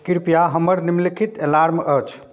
कृपया हमर निम्नलिखित अलार्म अछि